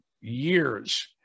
years